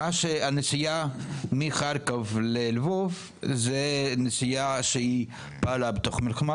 הנסיעה מחרקוב ללבוב זו נסיעה שהיא פעלה בתוך המלחמה